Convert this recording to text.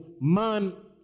man